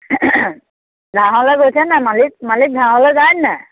লাহলে গৈছে নে নাই মালিক মালিক ঘাঁহলে যায় নে নাই